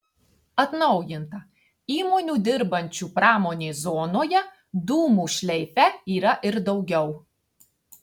atnaujinta įmonių dirbančių pramonės zonoje dūmų šleife yra ir daugiau